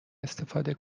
استفاده